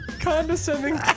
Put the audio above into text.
condescending